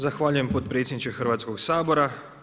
Zahvaljujem potpredsjedniče Hrvatskog sabora.